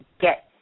get